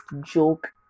joke